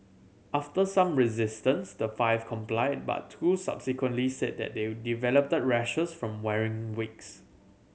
after some resistance the five complied but two subsequently said that they developed rashes from wearing wigs